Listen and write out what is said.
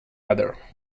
other